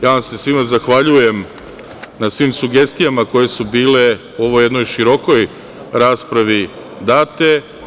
Ja vam se svima zahvaljujem, na svim sugestijama koje su bile u ovoj jednoj širokoj raspravi date.